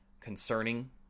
concerning